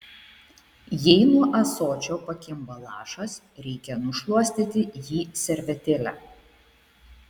jei nuo ąsočio pakimba lašas reikia nušluostyti jį servetėle